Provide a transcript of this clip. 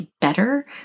better